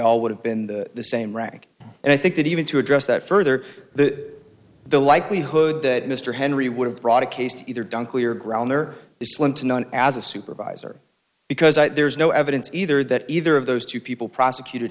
all would have been the same rank and i think that even to address that further the the likelihood that mr henry would have brought a case to either dunkley or ground there is slim to none as a supervisor because there's no evidence either that either of those two people prosecuted